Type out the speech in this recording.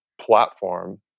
platform